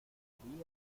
requerí